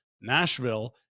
Nashville